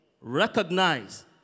recognize